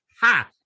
Ha